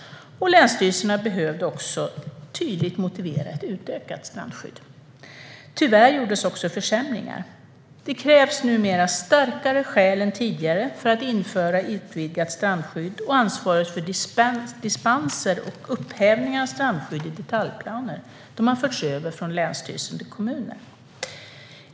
Länsstyrelserna ska också tydligt motivera ett utökat strandskydd. Tyvärr genomfördes också försämringar. Det krävs numera starkare skäl än tidigare för att införa ett utvidgat strandskydd. Ansvaret för dispenser och upphävning av strandskydd i detaljplaner har förts över från länsstyrelsen till kommunen.